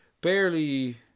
barely